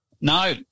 No